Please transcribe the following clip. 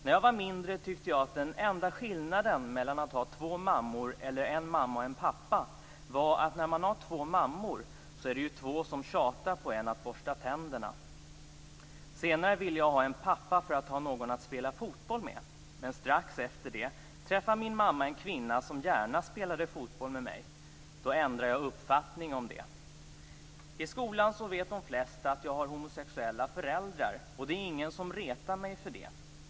När jag var mindre tyckte jag att den enda skillnaden mellan att ha två mammor eller en mamma och en pappa var att när man har två mammor, så är det ju två som tjatar på en att borsta tänderna. Senare ville jag ha en pappa för att ha någon att spela fotboll med. Men strax efter det träffade min mamma en kvinna som gärna spelade fotboll med mig, då ändrade jag uppfattning om det. I skolan så vet de flesta att jag har homosexuella föräldrar och det är ingen som retar mig för det.